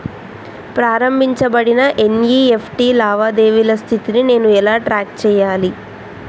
ప్రారంభించబడిన ఎన్.ఇ.ఎఫ్.టి లావాదేవీల స్థితిని నేను ఎలా ట్రాక్ చేయాలి?